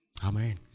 Amen